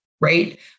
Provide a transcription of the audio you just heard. Right